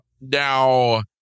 Now